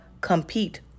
compete